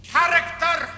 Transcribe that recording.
Character